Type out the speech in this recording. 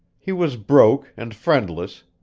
he was broke and friendless,